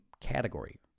category